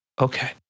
okay